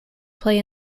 play